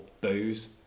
booze